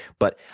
but,